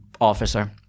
officer